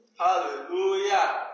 Hallelujah